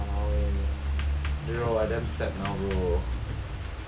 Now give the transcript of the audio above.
!walao! eh bro I damn sad now bro